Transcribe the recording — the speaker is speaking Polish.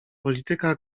polityka